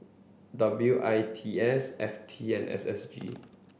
W I T S F T and S S G